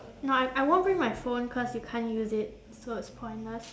no I I won't bring my phone cause you can't use it so it's pointless